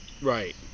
Right